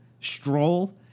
stroll